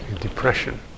depression